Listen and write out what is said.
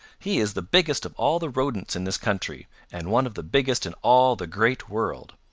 he is the biggest of all the rodents in this country, and one of the biggest in all the great world.